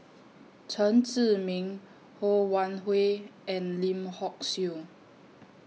Chen Zhiming Ho Wan Hui and Lim Hock Siew